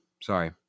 Sorry